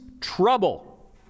trouble